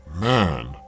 Man